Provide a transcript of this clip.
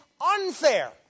unfair